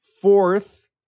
Fourth